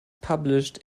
published